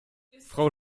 frau